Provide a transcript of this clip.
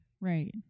right